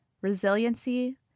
resiliency